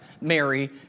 Mary